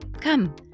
come